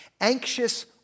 anxious